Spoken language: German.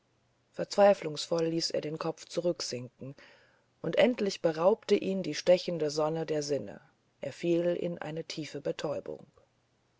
verzweiflungsvoll ließ er den kopf zurücksinken und endlich beraubte ihn die stechende sonne der sinne er fiel in eine tiefe betäubung